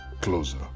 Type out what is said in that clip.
closer